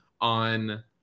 on